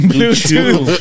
Bluetooth